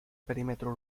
perímetro